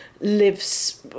lives